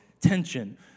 tension